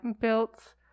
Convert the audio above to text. built